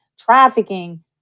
trafficking